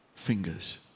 fingers